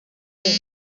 thing